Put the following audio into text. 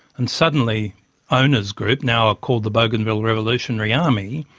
and suddenly ona's group, now ah called the bougainville revolutionary army,